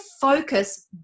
focus